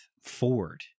Ford